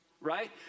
right